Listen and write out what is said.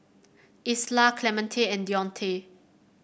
Isla Clemente and Dionte